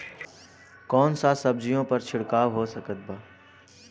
कौन सा सब्जियों पर छिड़काव हो सकत बा?